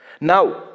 Now